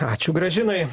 ačiū gražinai